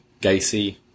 Gacy